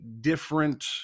different